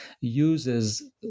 uses